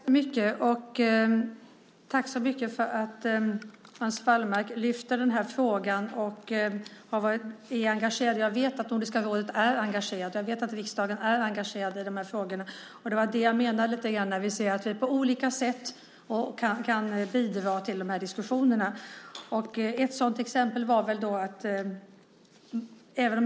Herr talman! Tack så mycket. Jag tackar så mycket för att Hans Wallmark lyfter fram den här frågan och är engagerad. Jag vet att Nordiska rådet är engagerat, jag vet att riksdagen är engagerad i de här frågorna. Det var lite det jag menade när jag sade att vi på olika sätt kan bidra till de här diskussionerna.